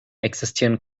existieren